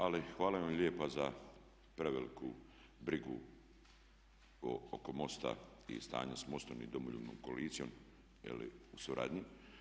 Ali hvala vam lijepa za preveliku brigu oko MOST-a i stanju s MOST-om i Domoljubnom koalicijom u suradnji.